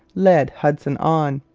led hudson on.